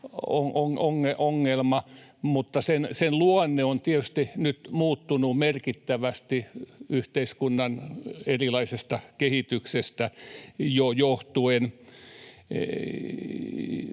ongelma, mutta sen luonne on tietysti nyt muuttunut merkittävästi yhteiskunnan erilaisesta kehityksestä johtuen.